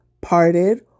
parted